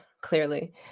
clearly